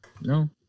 no